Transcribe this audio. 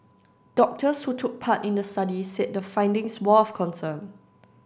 doctors who took part in the study said the findings were of concern